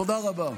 תודה רבה.